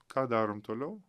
ką darom toliau